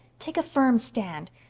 take a firm stand.